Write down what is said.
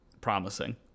promising